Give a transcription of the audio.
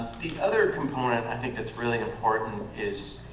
the other component i think that's really important is